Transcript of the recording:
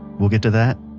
we'll get to that,